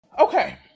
Okay